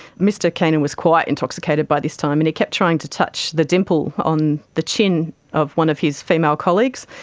mr keenan was quite intoxicated by this time and he kept trying to touch the dimple on the chin of one of his female colleagues,